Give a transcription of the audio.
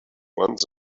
once